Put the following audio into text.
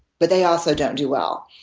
but they also don't do well.